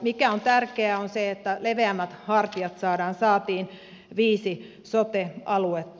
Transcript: mikä on tärkeää on se että leveämmät hartiat saadaan saatiin viisi sote aluetta